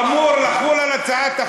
הצעת החוק אמורה לחול על זה?